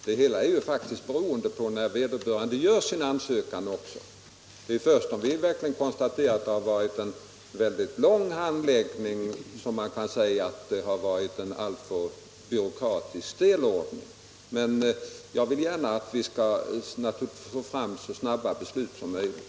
Herr talman! Det hela är faktiskt också beroende av när vederbörande gör sin ansökan. Det är först när vi kan konstatera att det varit en lång handläggning som man kan säga att det varit en alltför stel och byråkratisk ordning. Men jag vill gärna att vi skall få fram så snabba beslut som möjligt.